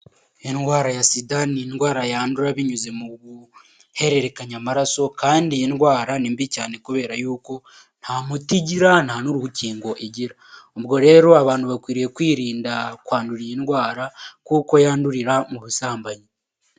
Indwara ya sida ni indwara yandura binyuze mu guhererekanya amaraso kandi iyi ndwara ni mbi cyane kubera yuko nta mutigira nta n'urukingo igira, ubwo rero abantu bakwiriye kwirinda kwandura iyi ndwara, kuko yandurira mu busambanyi.